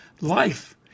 life